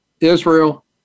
Israel